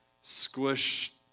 squish